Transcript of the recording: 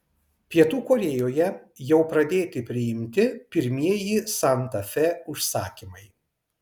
pietų korėjoje jau pradėti priimti pirmieji santa fe užsakymai